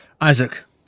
Isaac